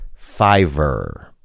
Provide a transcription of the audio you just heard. Fiverr